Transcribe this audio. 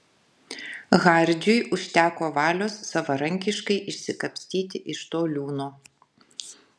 hardžiui užteko valios savarankiškai išsikapstyti iš to liūno